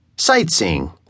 Sightseeing